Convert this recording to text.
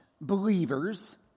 believers